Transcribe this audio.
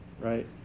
right